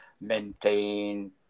maintain